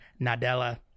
Nadella